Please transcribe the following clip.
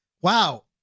Wow